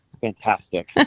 Fantastic